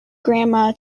grandma